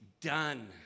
done